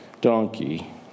donkey